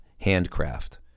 handcraft